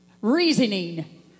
Reasoning